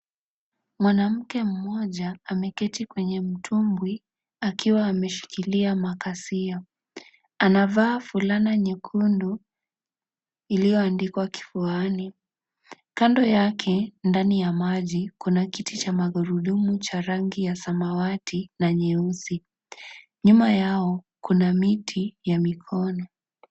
Mwanamke mmoja ameketi kwenye mtumbwi akiwa ameshikilia makasia, anavaa fulana nyekundu iliyoandikwa kifuani, kando yake ndani ya maji kuna kiti cha magurudumu cha rangi ya samawati na nyeusi, nyuma yao kuna miti ya mikono.